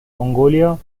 mongolia